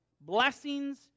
Blessings